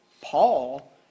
Paul